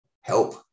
help